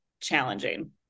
challenging